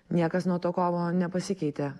niekas nuo to kovo nepasikeitė